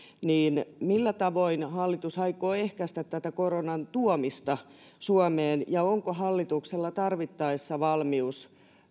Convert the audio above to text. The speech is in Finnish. millä tavoin hallitus aikoo ehkäistä tätä koronan tuomista suomeen onko hallituksella tarvittaessa valmius